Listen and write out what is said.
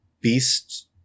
beast